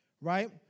right